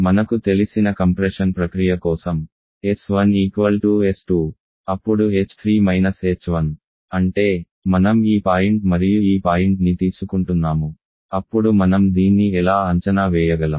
మనకు తెలిసిన కంప్రెషన్ ప్రక్రియ కోసం s1 s2 అప్పుడు h3 − h1 అంటే మనం ఈ పాయింట్ మరియు ఈ పాయింట్ని తీసుకుంటున్నాము అప్పుడు మనం దీన్ని ఎలా అంచనా వేయగలం